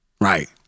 Right